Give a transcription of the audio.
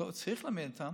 וצריך להעמיד אותם,